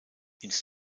ins